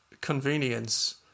convenience